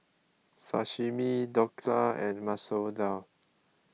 Sashimi Dhokla and Masoor Dal